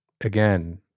again